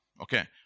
Okay